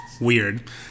Weird